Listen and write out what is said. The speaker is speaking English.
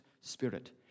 spirit